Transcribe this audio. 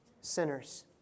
Sinners